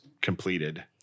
completed